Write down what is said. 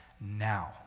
now